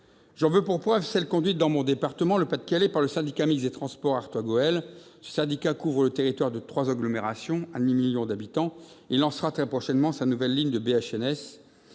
J'en veux pour preuve l'action conduite dans mon département, le Pas-de-Calais, par le Syndicat mixte des transports Artois-Gohelle. Ce syndicat, qui couvre le territoire de trois agglomérations, représentant un demi-million d'habitants, lancera très prochainement sa nouvelle ligne de bus